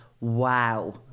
Wow